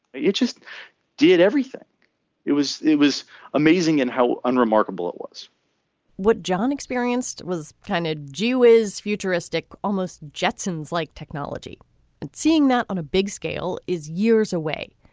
it just did everything it was it was amazing in how unremarkable it was what john experienced was kind of gee whiz futuristic almost jetsons like technology and seeing that on a big scale is years away.